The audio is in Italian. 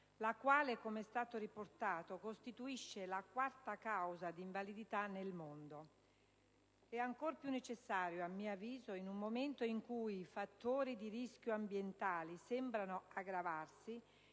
la quale, com'è stato ricordato, costituisce la quarta causa di invalidità nel mondo. Ed è ancora più necessario, a mio avviso, in un momento in cui i fattori di rischio ambientale sembrano aggravarsi